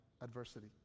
adversity